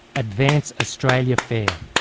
advance australia fair,